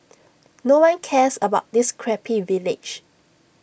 no one cares about this crappy village